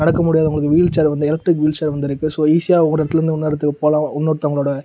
நடக்க முடியாதவங்களுக்கு wheel chair வந்து எலக்ட்ரிக் வீல் சேர் வந்துருக்கு ஸோ ஈஸியாக ஒரு இடத்துலருந்து இன்னொரு இடத்துக்கு போகலாம் இன்னொருத்தவங்களோட